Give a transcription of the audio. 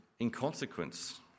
inconsequence